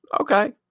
Okay